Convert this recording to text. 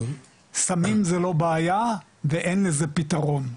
סמים זה לא בעיה ואין לזה פתרון,